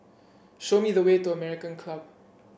show me the way to American Club